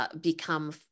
become